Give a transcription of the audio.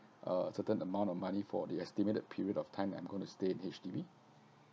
uh certain amount of money for the estimated period of time I'm going to stay in H_D_B